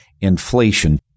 inflation